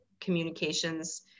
communications